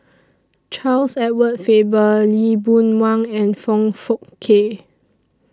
Charles Edward Faber Lee Boon Wang and Foong Fook Kay